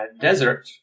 desert